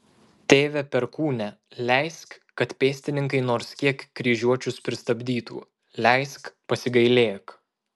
tėve perkūne leisk kad pėstininkai nors kiek kryžiuočius pristabdytų leisk pasigailėk